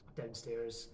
downstairs